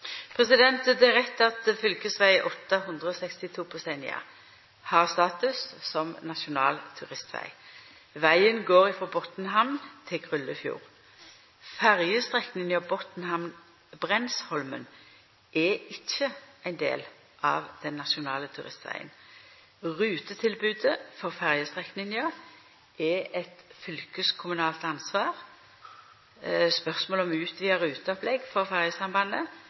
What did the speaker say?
Det er rett at fv. 862 på Senja har status som nasjonal turistveg. Vegen går frå Botnhamn til Gryllefjord. Ferjestrekninga Botnhamn–Brensholmen er ikkje ein del av den nasjonale turistvegen. Rutetilbodet for ferjestrekninga er eit fylkeskommunalt ansvar. Spørsmål om utvida ruteopplegg for ferjesambandet